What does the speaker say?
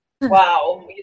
Wow